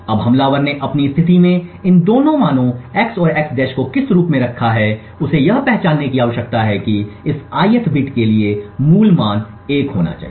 अब हमलावर ने अपनी स्थिति में इन दो मानों x और x को किस रूप में रखा है उसे यह पहचानने की आवश्यकता है कि इस ith बिट के लिए मूल मान 1 होना चाहिए